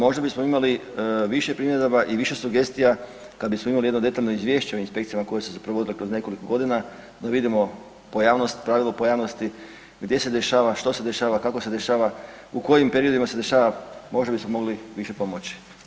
Možda bismo imali više primjedaba i više sugestija kad bismo imali jedno detaljno izvješće o inspekcijama koje su se provodile kroz nekoliko godina, da vidimo pojavnost, pravilno pojavnosti, gdje se dešava, što se dešava, kako se dešava, u kojim periodima se dešava, možda bi se mogli više pomoći.